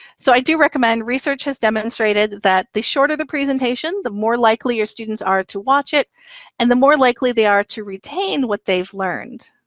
so i do recommend research has demonstrated that the shorter the presentation, the more likely your students are to watch it and the more likely they are to retain what they've learned.